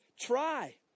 try